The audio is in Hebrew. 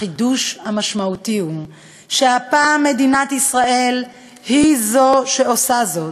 החידוש המשמעותי הוא שהפעם מדינת ישראל היא שעושה זאת.